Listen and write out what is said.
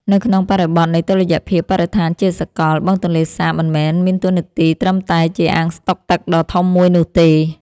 នៅក្នុងបរិបទនៃតុល្យភាពបរិស្ថានជាសកល បឹងទន្លេសាបមិនមែនមានតួនាទីត្រឹមតែជាអាងស្តុកទឹកដ៏ធំមួយនោះទេ។